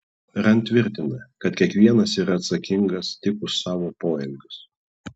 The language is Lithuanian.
rand tvirtina kad kiekvienas yra atsakingas tik už savo poelgius